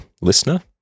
listener